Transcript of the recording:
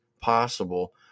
possible